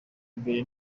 mbere